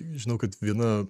žinau kad viena